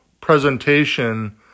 presentation